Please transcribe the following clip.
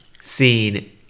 scene